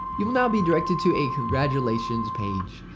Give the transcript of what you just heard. you will be directed to a congratulations page.